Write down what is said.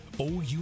OU